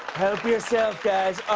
help yourself, guys.